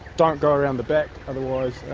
don't go round the back otherwise